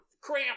cramp